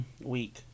week